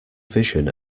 vision